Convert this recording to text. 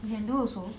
you can do also